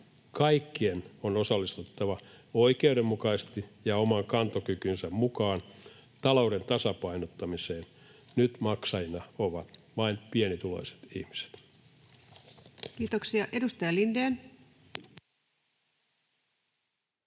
Kaikkien on osallistuttava oikeudenmukaisesti ja oman kantokykynsä mukaan talouden tasapainottamiseen, nyt maksajina ovat vain pienituloiset ihmiset. Kiitoksia. — Edustaja Lindén.